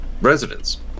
residents